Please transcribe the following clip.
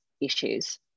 issues